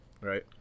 Right